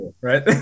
right